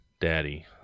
daddy